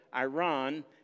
Iran